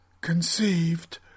conceived